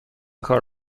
کار